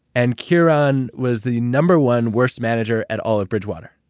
and kiran was the number one worst manager at all of bridgewater.